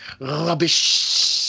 rubbish